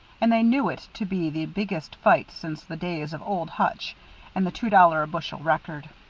and they knew it to be the biggest fight since the days of old hutch and the two-dollar-a-bushel record.